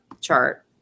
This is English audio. chart